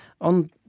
on